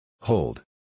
Hold